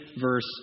verse